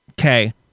Okay